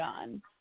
on